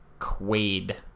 quaid